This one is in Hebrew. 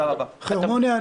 חרמוני,